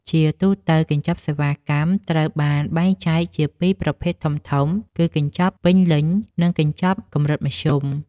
ជាទូទៅ កញ្ចប់សេវាកម្មត្រូវបានបែងចែកជាពីរប្រភេទធំៗ គឺកញ្ចប់ពេញលេញ និងកញ្ចប់កម្រិតមធ្យម។